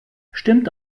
stimmt